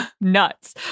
nuts